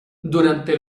durante